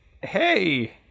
hey